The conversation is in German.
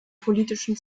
politischen